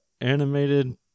animated